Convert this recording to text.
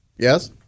Yes